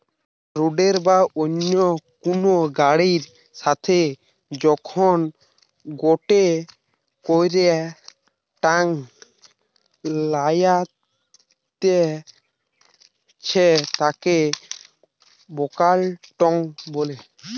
রোডের বা অন্য কুনু গাড়ির সাথে যখন গটে কইরা টাং লাগাইতেছে তাকে বাল্ক টেংক বলে